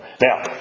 Now